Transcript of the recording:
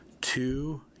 two